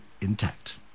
intact